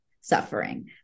suffering